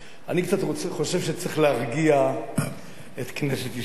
אני חושב שצריך קצת להרגיע את כנסת ישראל,